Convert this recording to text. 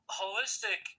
holistic